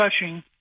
touching